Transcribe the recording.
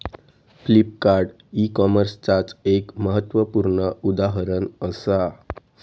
Flipkart e कॉमर्सचाच एक महत्वपूर्ण उदाहरण असा